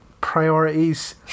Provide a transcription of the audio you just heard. priorities